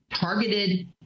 targeted